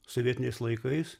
sovietiniais laikais